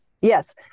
Yes